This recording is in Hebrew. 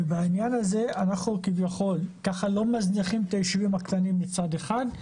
ובעניין הזה אנחנו כביכול ככה לא מזניחים את היישובים הקטנים מצד אחד,